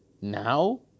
Now